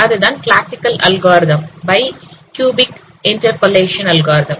அதுதான் classical algorithm by cubic interpolation algorithm